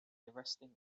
arresting